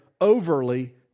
overly